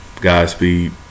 Godspeed